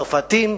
צרפתים,